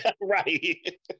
Right